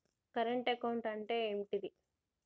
Current account అంటే ఏంటిది?